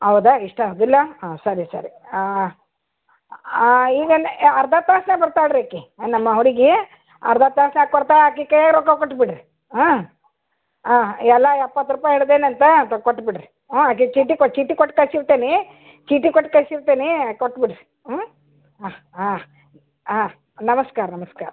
ಹೌದಾ ಇಷ್ಟ ಆಗಲಿಲ್ಲಾ ಹಾಂ ಸರಿ ಸರಿ ಈಗನೆ ಅರ್ಧ ತಾಸ್ನಾಗೆ ಬರ್ತಾಳೆ ರೀ ಈಕೆ ನಮ್ಮ ಹುಡುಗಿ ಅರ್ಧ ತಾಸ್ನಾಗೆ ಕೊಡ್ತಾಳೆ ಆಕೆ ಕೈಯಾಗೆ ರೊಕ್ಕ ಕೊಟ್ಟುಬಿಡ್ರಿ ಆಂ ಆಂ ಎಲ್ಲ ಎಪ್ಪತ್ತು ರೂಪಾಯಿ ಹಿಡ್ದೇನಂತೆ ಅದು ಕೊಟ್ಟುಬಿಡ್ರಿ ಆಂ ಆಕೆ ಚೀಟಿ ಕೊಟ್ಟು ಚೀಟಿ ಕೊಟ್ಟು ಕಳ್ಸಿರ್ತೇನೆ ಚೀಟಿ ಕೊಟ್ಟು ಕಳ್ಸಿರ್ತೇನೆ ಕೊಟ್ಬಿಡ್ರಿ ಹ್ಞೂ ಹಾಂ ಹಾಂ ಹಾಂ ನಮಸ್ಕಾರ ಮಿಸ್ಟರ್